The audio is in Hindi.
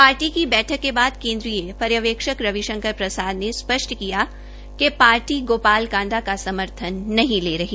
पार्टी की बैठक की बाद केन्द्रीय पर्यवेक्षक रविशंकर ने स्पष्ट किया कि पार्टी गोपाल कांडा का समर्थन नहीं ले रही